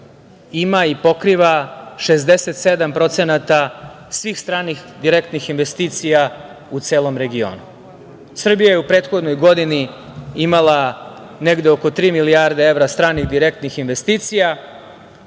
ima i pokriva 67% svih stranih direktnih investicija u celom regionu. Srbija je u prethodnoj godini imala negde oko tri milijarde evra stranih, direktnih investicija,